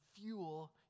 fuel